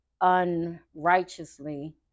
unrighteously